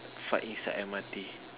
fart inside M_R_T